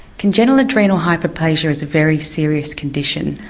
congenital adrenal hyperplasia is a very serious condition,